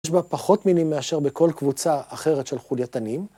יש בה פחות מינים מאשר בכל קבוצה אחרת של חולייתנים.